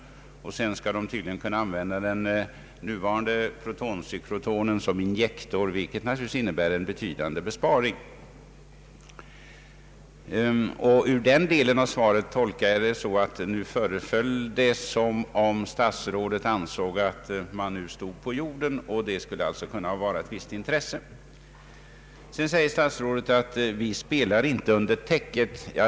Vidare skall man tydligen kunna använda den nuvarande protoncyklotronen som injektor, vilket naturligtvis innebär en betydande besparing. Jag tolkar den delen av svaret så, att statsrådet anser att man nu står på jorden, och det nya projektet skulle alltså kunna vara av ett visst intresse. Vidare säger statsrådet att han inte vill spela under täcket.